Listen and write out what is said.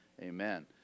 amen